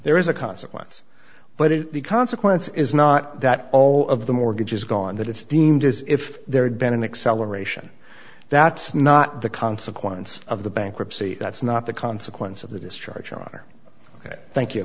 there is a consequence but it the consequence is not that all of the mortgage is gone that it's deemed as if there had been an acceleration that's not the consequence of the bankruptcy that's not the consequence of the discharge are ok thank you